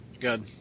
good